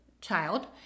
Child